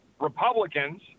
Republicans